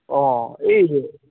অঁ এই হে